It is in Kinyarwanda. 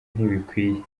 ntibikwiye